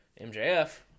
MJF